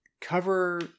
cover